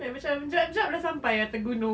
like macam jap jap dah sampai atas gunung